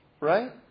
Right